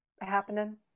happening